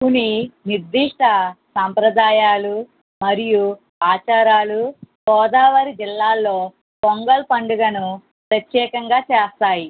కొన్ని నిర్దిష్ట సంప్రదాయాలు మరియు ఆచారాలు గోదావరి జిల్లాలో పొంగల్ పండుగను ప్రత్యేకంగా చేస్తాయి